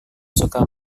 suka